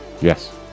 Yes